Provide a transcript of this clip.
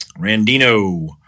Randino